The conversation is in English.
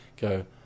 Go